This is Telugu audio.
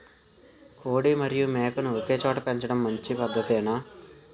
కోడి మరియు మేక ను ఒకేచోట పెంచడం మంచి పద్ధతేనా?